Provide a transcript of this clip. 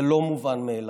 זה לא מובן מאליו.